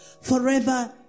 forever